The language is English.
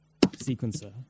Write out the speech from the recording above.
sequencer